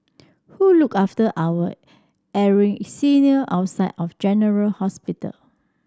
who look after our ailing senior outside of general hospital